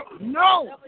No